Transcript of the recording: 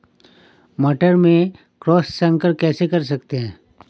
मटर में क्रॉस संकर कैसे कर सकते हैं?